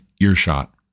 earshot